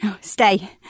stay